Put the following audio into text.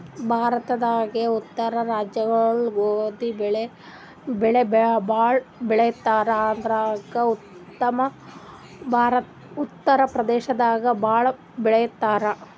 ಭಾರತದಾಗೇ ಉತ್ತರ ರಾಜ್ಯಗೊಳು ಗೋಧಿ ಬೆಳಿ ಭಾಳ್ ಬೆಳಿತಾರ್ ಅದ್ರಾಗ ಉತ್ತರ್ ಪ್ರದೇಶದಾಗ್ ಭಾಳ್ ಬೆಳಿತಾರ್